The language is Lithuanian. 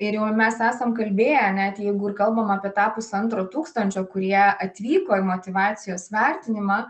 ir jau mes esam kalbėję net jeigu ir kalbam apie tą pusantro tūkstančio kurie atvyko į motyvacijos vertinimą